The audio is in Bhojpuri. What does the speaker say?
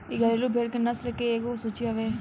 इ घरेलु भेड़ के नस्ल के एगो सूची हवे